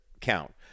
count